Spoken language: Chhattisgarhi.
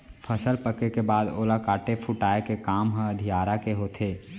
फसल पके के बाद ओला काटे कुटाय के काम ह अधियारा के होथे